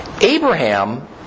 Abraham